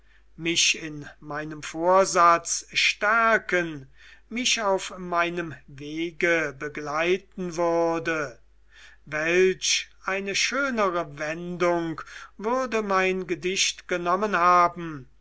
mich in meinem vorsatz stärken mich auf meinem wege begleiten würde welch eine schönere wendung würde mein gedicht genommen haben